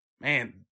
man